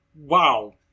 wow